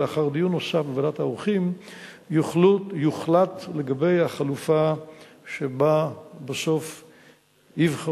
ולאחר דיון נוסף בוועדת העורכים יוחלט על החלופה שבה בסוף יבחרו.